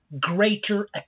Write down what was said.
greater